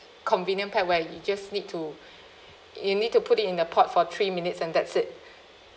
convenient pack where you just need to you need to put it in the pot for three minutes and that's it